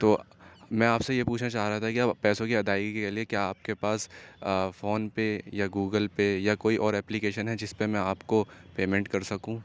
تو میں آپ سے یہ پوچھنا چاہ رہا تھا کہ اب پیسوں کی ادائیگی کے لیے کیا آپ کے پاس فون پے یا گوگل پے یا کوئی اور اپلیکیشن ہے جس پہ میں آپ کو پیمنٹ کر سکوں